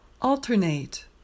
Alternate